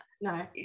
No